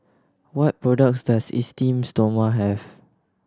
what products does Esteem Stoma have